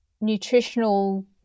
nutritional